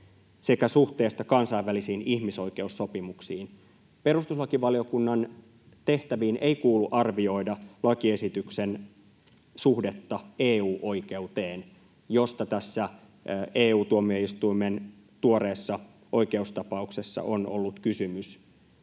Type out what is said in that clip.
sekä suhteesta kansainvälisiin ihmisoikeussopimuksiin. Perustuslakivaliokunnan tehtäviin ei kuulu arvioida lakiesityksen suhdetta EU-oikeuteen, josta tässä EU-tuomioistuimen tuoreessa oikeustapauksessa on ollut kysymys.